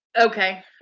okay